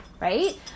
right